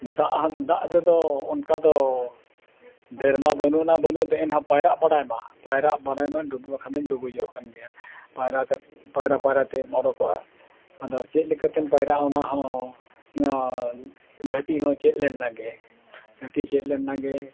ᱫᱟᱜ ᱦᱚᱸ ᱫᱟᱜ ᱨᱮᱫᱚ ᱚᱱᱠᱟ ᱫᱚ ᱰᱟᱹᱨᱢᱟ ᱵᱟᱹᱱᱩᱜ ᱟᱱᱟ ᱵᱟᱹᱱᱩᱜ ᱫᱚ ᱮᱱᱦᱚᱸ ᱯᱟᱭᱨᱟᱜ ᱵᱟᱰᱟᱭ ᱢᱟ ᱯᱟᱭᱨᱟᱜ ᱵᱟᱰᱟᱭ ᱢᱟ ᱰᱩᱵᱩᱡ ᱵᱟᱠᱷᱟᱱᱮᱢ ᱰᱩᱵᱩᱡᱚᱜ ᱠᱟᱱ ᱜᱮᱭᱟ ᱯᱟᱭᱨᱟ ᱠᱟᱛᱮ ᱯᱟᱭᱨᱟ ᱯᱟᱭᱨᱟ ᱛᱮᱢ ᱩᱰᱩᱠᱚᱜᱼᱟ ᱟᱫᱚ ᱪᱮᱫ ᱞᱮᱠᱟᱛᱮᱢ ᱯᱟᱭᱨᱟᱜᱼᱟ ᱚᱱᱟ ᱦᱚᱸ ᱜᱷᱟᱹᱴᱤ ᱦᱚᱸ ᱪᱮᱫ ᱞᱮᱱ ᱱᱟᱜᱮ ᱜᱷᱟᱹᱴᱤ ᱪᱮᱫ ᱞᱮᱱ ᱱᱟᱜᱮ